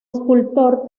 escultor